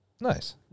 Nice